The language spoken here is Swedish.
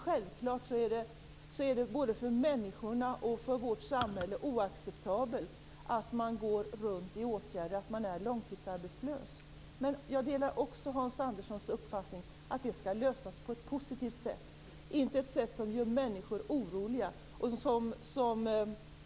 Självklart är det både för människorna och för vårt samhälle oacceptabelt att man går runt i åtgärder, att man är långtidsarbetslös. Men jag delar också Hans Anderssons uppfattning att det här skall lösas på ett positivt sätt, inte på ett sätt som gör människor oroliga.